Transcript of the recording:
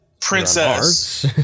princess